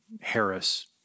Harris